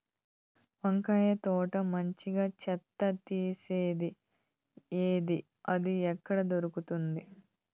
వంకాయ తోట మంచిగా చెత్త తీసేది ఏది? అది ఎక్కడ దొరుకుతుంది?